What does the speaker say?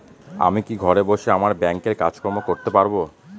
আমি কি ঘরে বসে আমার ব্যাংকের কাজকর্ম করতে পারব?